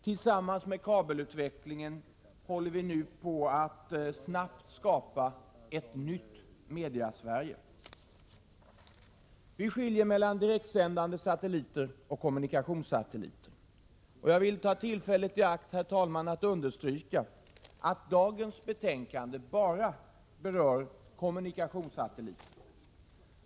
Tillsammans med kabelutvecklingen håller vi nu på att snabbt skapa ett nytt Mediasverige. Vi skiljer mellan direktsändande satelliter och kommunikationssatelliter. Jag vill ta tillfället i akt att understryka att dagens betänkande bara berör kommunikationssatelliter.